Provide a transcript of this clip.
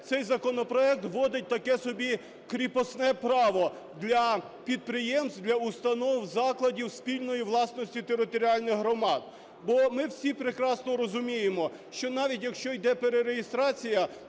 цей законопроект вводить таке собі кріпосне право для підприємств, для установ, закладів, спільної власності територіальних громад, бо ми всі прекрасно розуміємо, що навіть якщо іде перереєстрація,